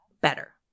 better